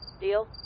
Deal